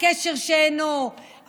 הקשר שאיננו,